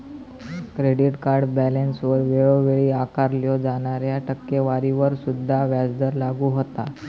credit card बॅलन्सवर वेळोवेळी आकारल्यो जाणाऱ्या टक्केवारीवर सुद्धा व्याजदर लागू होता